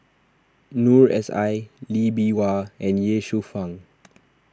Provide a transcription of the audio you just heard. Noor S I Lee Bee Wah and Ye Shufang